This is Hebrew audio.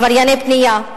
עברייני בנייה.